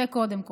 זה קודם כול.